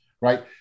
Right